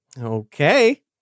Okay